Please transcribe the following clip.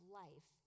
life